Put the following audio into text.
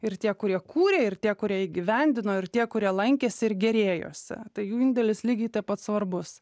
ir tie kurie kūrė ir tie kurie įgyvendino ir tie kurie lankėsi ir gėrėjosi tai jų indėlis lygiai taip pat svarbus